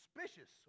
suspicious